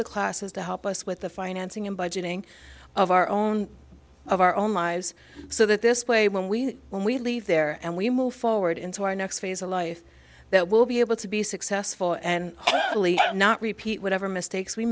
the classes to help us with the financing and budgeting of our own of our own lives so that this way when we when we leave there and we move forward into our next phase of life that we'll be able to be successful and not repeat whatever mistakes we